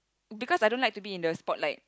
because I don't like to be in the spotlight